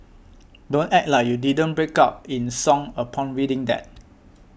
don't act like you didn't break out in song upon reading that